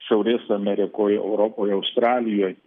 šiaurės amerikoje europoje australijoj